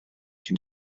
cyn